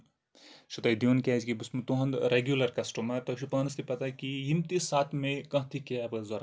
یہِ چھُ تۄہہِ دیُن کیازِ کہِ بہٕ چھُس تُہُنٛد ریگیولر کَسٹمر تۄہہِ چھو پانَس تہِ پَتہ کہِ یِم تہِ ساتھ مےٚ کانٛہہ تہِ کیب ٲسۍ ضروٗرت